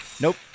Nope